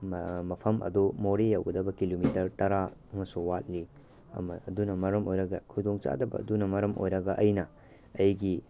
ꯃꯐꯝ ꯑꯗꯨ ꯃꯣꯔꯦ ꯌꯧꯒꯗꯕ ꯀꯤꯂꯣꯃꯤꯇꯔ ꯇꯔꯥ ꯑꯃꯁꯨ ꯋꯥꯠꯂꯤ ꯑꯗꯨꯅ ꯃꯔꯝ ꯑꯣꯏꯔꯒ ꯈꯨꯗꯣꯡ ꯆꯥꯗꯕ ꯑꯗꯨꯅ ꯃꯔꯝ ꯑꯣꯏꯔꯒ ꯑꯩꯅ ꯑꯩꯒꯤ